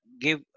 give